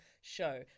show